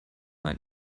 find